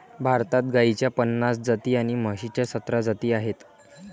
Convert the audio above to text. भारतात गाईच्या पन्नास जाती आणि म्हशीच्या सतरा जाती आहेत